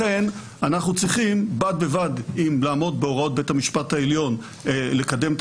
לכן בד בבד עם עמידה בהוראות בית המשפט העליון לקדם את